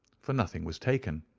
for nothing was taken.